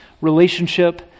relationship